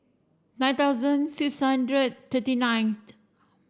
nine thousand six hundred thirty ninth